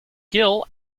gill